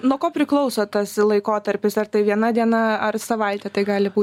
nuo ko priklauso tas laikotarpis ar tai viena diena ar savaitė tai gali būti